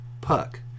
puck